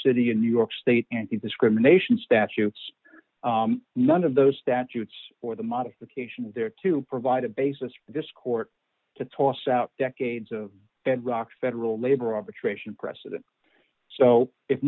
city in new york state antidiscrimination statutes none of those statutes or the modification is there to provide a basis for this court to toss out decades of bedrock federal labor arbitration precedent so if